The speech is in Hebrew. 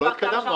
אבל לא התקדמנו.